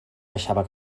deixava